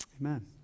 Amen